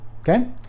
Okay